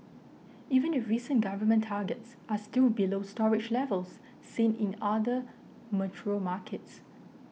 even the recent government targets are still below storage levels seen in other mature markets